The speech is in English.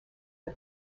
for